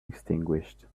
extinguished